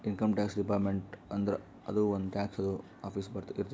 income tax department ಅಂದುರ್ ಅದೂ ಒಂದ್ ಟ್ಯಾಕ್ಸದು ಆಫೀಸ್ ಇರ್ತುದ್